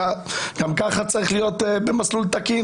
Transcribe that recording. ככה צריך להיות גם במסלול תקין,